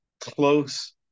close